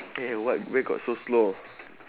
eh what where got so slow